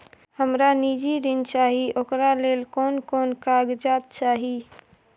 हमरा निजी ऋण चाही ओकरा ले कोन कोन कागजात चाही?